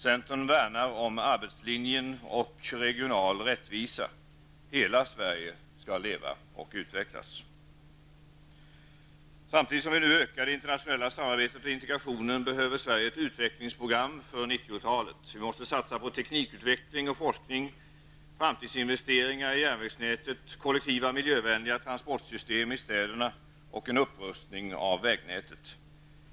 Centern värnar om arbetslinjen och regional rättvisa. Hela Sverige skall leva och utvecklas. Samtidigt som vi nu ökar det internationella samarbetet och integrationen behöver Sverige ett utvecklingsprogram för 90-talet. Vi måste satsa på teknikutveckling och forskning, framtidsinvesteringar i järnvägsnätet, kollektiva miljövänliga transportsystem i städerna och en upprustning av vägnätet.